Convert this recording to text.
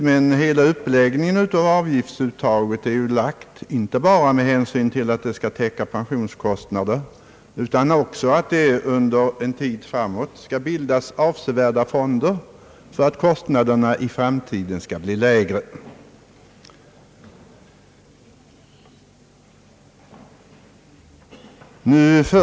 Men systemet för avgiftsuttaget är ju upplagt inte bara med hänsyn till att det skall täcka kostnaderna för utgående pensioner, utan också räcka till för att det under en tid framåt skall kunna bildas avsevärda fonder i avsikt att kostnaderna i framtiden skall bli lägre.